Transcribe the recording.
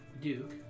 Duke